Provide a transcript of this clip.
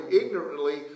ignorantly